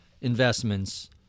investments